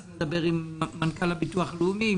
צריך לדבר עם מנכ"ל הביטוח הלאומי.